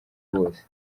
bose